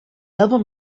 album